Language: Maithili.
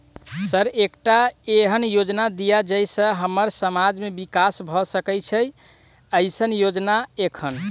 सर एकटा एहन योजना दिय जै सऽ हम्मर समाज मे विकास भऽ सकै छैय एईसन योजना एखन?